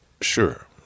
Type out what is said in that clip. Sure